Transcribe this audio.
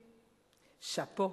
שאפו.